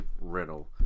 Riddle